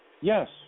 Yes